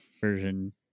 version